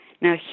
Now